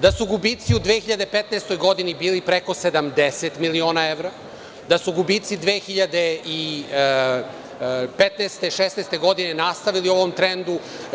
da su gubici u 2015. godini bili preko 70 miliona evra, da su gubici 2015, 2016. godine nastavili u ovom trendu.